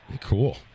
Cool